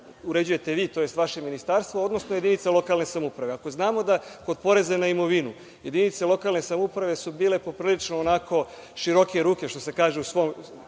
uređujete vi, to jest vaše ministarstvo, odnosno jedinica lokalno samouprave. Znamo da kod poreza na imovinu jedinice lokalne samouprave su bile poprilično široke ruke u svom